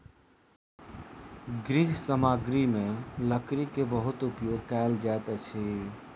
गृह सामग्री में लकड़ी के बहुत उपयोग कयल जाइत अछि